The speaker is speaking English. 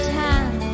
time